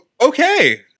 okay